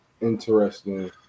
interesting